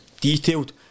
detailed